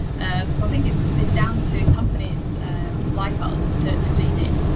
so i think it's it's down to companies like us to to lean in.